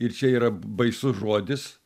ir čia yra baisus žodis